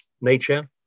nature